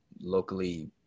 locally